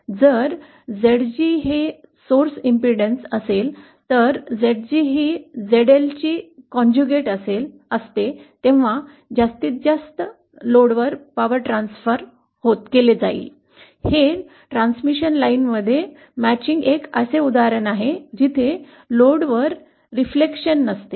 जर ZG ही स्त्रोत प्रतिबाधा असेल तर ZG ही ZLची संयुक्ता असते तेव्हा जास्तीत जास्त शक्ती लोडवर हस्तांतरित केली जाईल हे ट्रांसमिशन लाइनमध्ये जुळणारे एक असे उदाहरण आहे जेथे लोडवर परावर्तन नसते